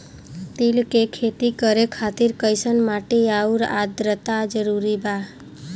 तिल के खेती करे खातिर कइसन माटी आउर आद्रता जरूरी बा?